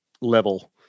level